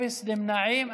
אפס נמנעים.